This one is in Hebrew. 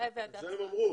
נכון,